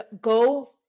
go